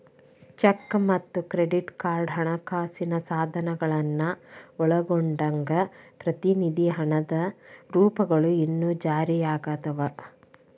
check ಮತ್ತ credit card ಹಣಕಾಸಿನ ಸಾಧನಗಳನ್ನ ಒಳಗೊಂಡಂಗ ಪ್ರತಿನಿಧಿ ಹಣದ ರೂಪಗಳು ಇನ್ನೂ ಜಾರಿಯಾಗದವ